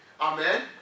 Amen